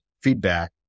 feedback